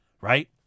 right